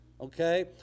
okay